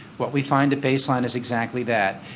what we find at base line is exactly that,